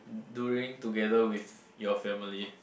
doing together with your family